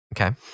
okay